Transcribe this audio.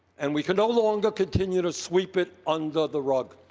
and we can no longer continue to sweep it under the rug.